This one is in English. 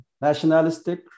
nationalistic